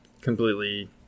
completely